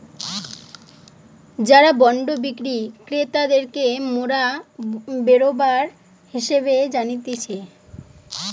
যারা বন্ড বিক্রি ক্রেতাদেরকে মোরা বেরোবার হিসেবে জানতিছে